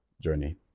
journey